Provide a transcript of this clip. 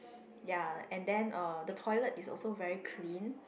ya and then uh the toilet is also very clean